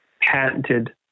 patented